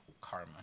karma